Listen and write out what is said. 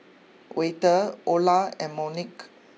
Wayde Ola and Monique